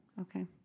Okay